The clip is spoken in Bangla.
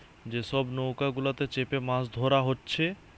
যে সব নৌকা গুলাতে চেপে মাছ ধোরা হচ্ছে